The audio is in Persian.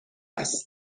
است